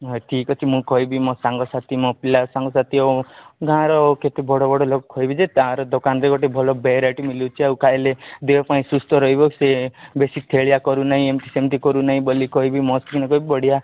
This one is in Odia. ନା ଠିକ୍ ଅଛି ମୁଁ କହିବି ମୋ ସାଙ୍ଗସାଥି ମୋ ପିଲା ସାଙ୍ଗସାଥି ଏବଂ ଗାଁର କେତେ ବଡ଼ ବଡ଼ ଲୋକ କହିବି ଯେ ତାର ଦୋକାନରେ ଗୋଟେ ଭଲ ଭେରାଇଟ୍ ମିଳୁଛି ଆଉ ଖାଇଲେ ଦେହ ପାଇଁ ସୁସ୍ଥ ରହିବ ସେ ବେଶୀ ଖେଳିଆ କରୁନାହିଁ ଏମତି ସେମତି କରୁନାହିଁ ବୋଲି କହିବି ମସ୍ତ କି ନା କହିବି ବଢ଼ିଆ